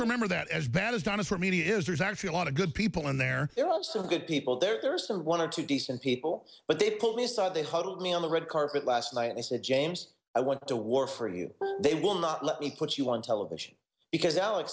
remember that as bad as don is for me it is there's actually a lot of good people and there are also good people there's some one or two decent people but they pulled me aside they huddled me on the red carpet last night and said james i went to war for you they will not let me put you on television because alex